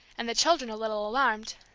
and the children a little alarmed.